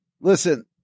Listen